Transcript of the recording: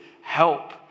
help